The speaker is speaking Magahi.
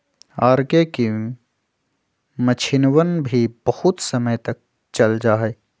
आर.के की मक्षिणवन भी बहुत समय तक चल जाहई